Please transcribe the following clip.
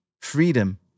Freedom